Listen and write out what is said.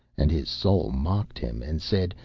and his soul mocked him and said,